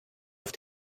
auf